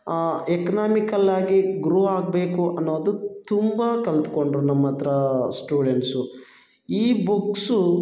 ಎಕನಾಮಿಕಲ್ಲಾಗಿ grow ಆಗಬೇಕು ಅನ್ನೋದು ತುಂಬ ಕಲಿತ್ಕೊಂಡ್ರು ನಮ್ಮತ್ರ ಸ್ಟೂಡೆಂಟ್ಸು ಈ ಬುಕ್ಸು